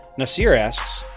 nasir asks,